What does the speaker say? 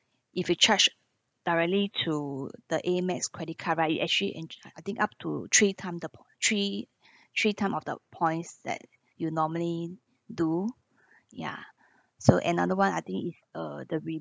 if you charge directly to the AMEX credit card right you actually enj~ I think up to three time the poi~ three three time of the points that you normally do ya so another [one] I think is uh the